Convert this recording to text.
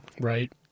Right